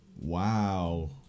Wow